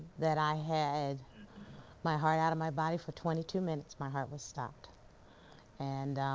that i had my heart out of my body for twenty two minutes. my heart was stopped and